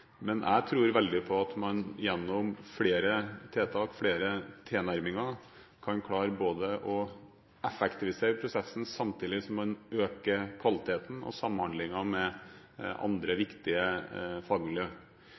veldig på at man gjennom flere tiltak og flere tilnærminger kan klare å effektivisere prosessen, samtidig som man øker kvaliteten og samhandlingen med andre